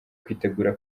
kwitegura